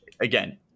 again